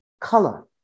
color